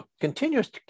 Continuous